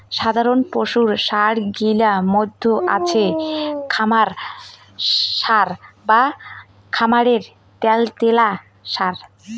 সাধারণ পশুর সার গিলার মইধ্যে আছে খামার সার বা খামারের ত্যালত্যালা সার